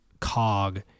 cog